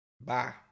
Bye